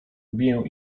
wbiję